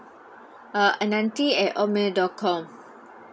uh ananthiy at hotmail dot com